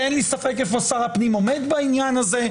כי אין לי ספק איפה שר הפנים עומד בעניין הזה.